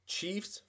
Chiefs